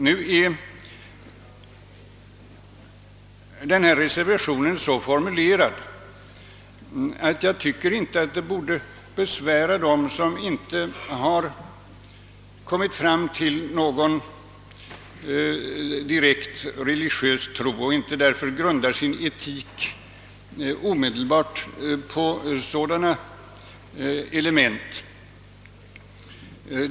Den föreliggande reservationen är emellertid så formulerad, att jag inte tycker att dess syfte borde besvära dem som inte har kommit fram till någon direki religiös tro och därför inte grundar sin etik omedelbart på sådana element.